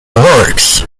works